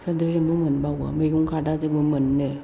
सान्द्रिजोंबो मोनबावो मैगं खादाजोंबो मोनो